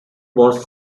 was